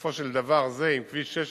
ובסופו של דבר, זה, עם כביש 16,